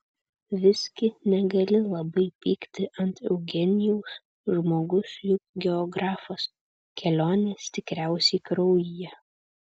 visgi negali labai pykti ant eugenijaus žmogus juk geografas kelionės tikriausiai kraujyje